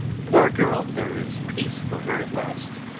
poor girl, there is peace for her at last.